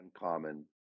uncommon